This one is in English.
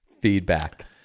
Feedback